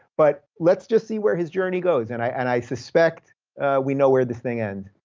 but let's just see where his journey goes, and i and i suspect we know where this thing ends.